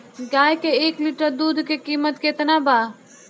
गाय के एक लिटर दूध के कीमत केतना बा?